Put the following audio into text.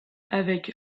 avec